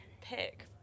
pick